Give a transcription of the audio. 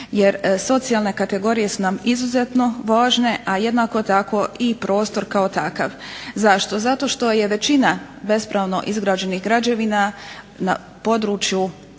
jer socijalne kategorije su nam izuzetno važne, a jednako tako i prostor kao takav. Zašto? Zato što je većina bespravno izgrađenih građevina na području